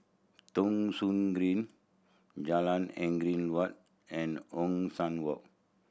Thong Soon Green Jalan Angin Waut and Ong San Walk